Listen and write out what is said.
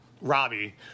Robbie